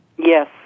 Yes